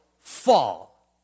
fall